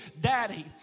Daddy